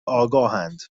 آگاهند